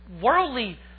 worldly